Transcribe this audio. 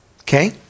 okay